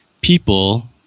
people